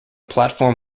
platform